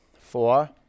four